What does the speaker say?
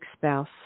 spouse